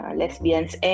lesbians